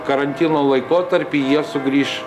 karantino laikotarpį jie sugrįš